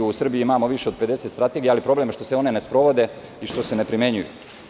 U Srbiji imamo više od 50 strategija, ali problem je što se one ne sprovode i što se ne primenjuju.